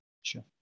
Sure